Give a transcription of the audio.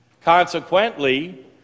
consequently